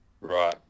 Right